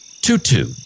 tutu